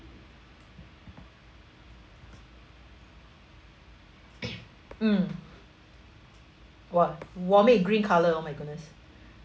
mm !wah! vomit green colour oh my goodness